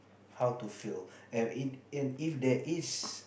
how to fail and if and if there is